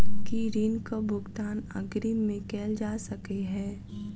की ऋण कऽ भुगतान अग्रिम मे कैल जा सकै हय?